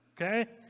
Okay